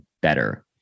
better